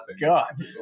God